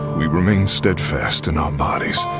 we remain steadfast in our bodies